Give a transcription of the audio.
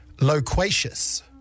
Loquacious